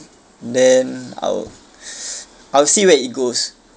then I'll I'll see where it goes